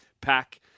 pack